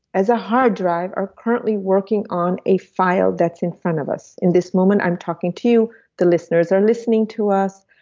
as a hard drive, are currently working on a file that's in front of us. in this moment i'm talking to the listeners are listening to us,